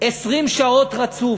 20 שעות רצוף,